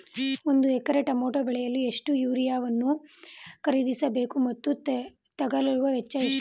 ಒಂದು acre tomato ಬೆಳೆಯಲು ಎಷ್ಟು ಯೂರಿಯಾವನ್ನು ಖರೀದಿಸ ಬೇಕು ಮತ್ತು ತಗಲುವ ವೆಚ್ಚ ಎಷ್ಟು?